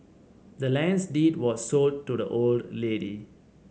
the land's deed was sold to the old lady